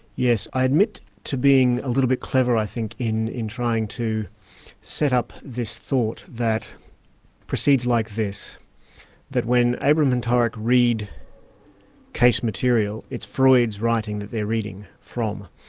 yes, i admit to being a little bit clever i think in in trying to set up this thought that proceeds like this that when abraham and torok read case material it's freud's writing that they're reading from,